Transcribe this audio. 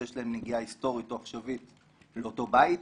שיש להן נגיעה היסטורית או עכשווית לאותו בית,